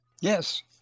yes